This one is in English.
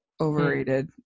overrated